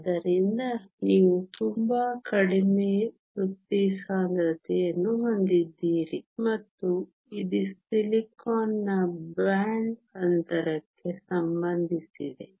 ಆದ್ದರಿಂದ ನೀವು ತುಂಬಾ ಕಡಿಮೆ ವೃತ್ತಿ ಸಾಂದ್ರತೆಯನ್ನು ಹೊಂದಿದ್ದೀರಿ ಮತ್ತು ಇದು ಸಿಲಿಕಾನ್ನ ಬ್ಯಾಂಡ್ ಅಂತರಕ್ಕೆ ಸಂಬಂಧಿಸಿದೆ